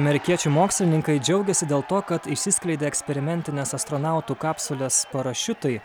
amerikiečių mokslininkai džiaugiasi dėl to kad išsiskleidė eksperimentinės astronautų kapsulės parašiutai